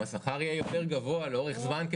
זה ביצה ותרנגולת הרי אם השכר יהיה יותר גבוה לאורך זמן,